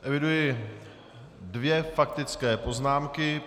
Eviduji dvě faktické poznámky.